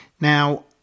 now